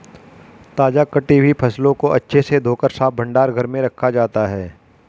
ताजा कटी हुई फसलों को अच्छे से धोकर साफ भंडार घर में रखा जाता है